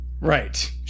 Right